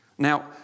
Now